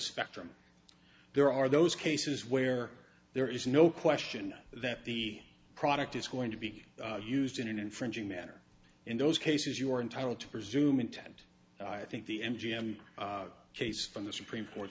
spectrum there are those cases where there is no question that the product is going to be used in an infringing manner in those cases you are entitled to presume intent and i think the m g m case from the supreme court